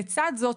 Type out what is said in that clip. לצד זאת,